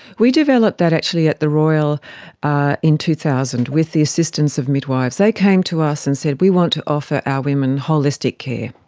we developed that actually at the royal in two thousand with the assistance of midwives. they came to us and said we want to offer our women holistic care.